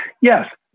Yes